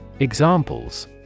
Examples